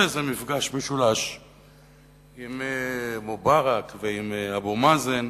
איזה מפגש משולש עם מובארק ועם אבו מאזן,